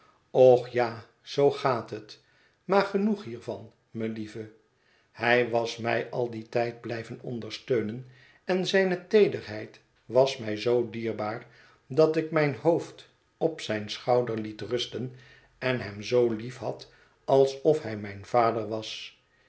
och ja zoo gaat het maar genoeg hiervan melieve hij was mij al dien tijd blijven ondersteunen en zijne teederheid was mij zoo dierbaar dat ik mijn hoofd op zijn schouder liet rusten en hem zoo lief had alsof hij mijn vader was